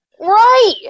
Right